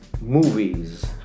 movies